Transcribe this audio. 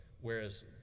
whereas